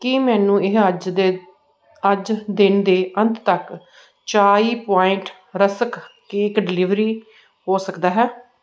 ਕੀ ਮੈਨੂੰ ਇਹ ਅੱਜ ਦੇ ਅੱਜ ਦਿਨ ਦੇ ਅੰਤ ਤੱਕ Chai Point rusk cake delivery ਹੋ ਸਕਦਾ ਹੈ